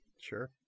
Sure